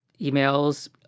emails